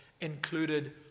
included